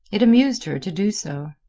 it amused her to do so.